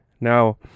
now